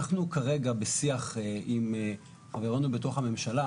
אנחנו כרגע בשיח עם חברינו בתוך הממשלה